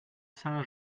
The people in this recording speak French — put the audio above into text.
saint